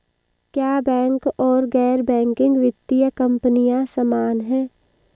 क्या बैंक और गैर बैंकिंग वित्तीय कंपनियां समान हैं?